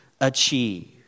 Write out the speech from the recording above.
achieve